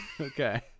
Okay